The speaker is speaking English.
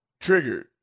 triggered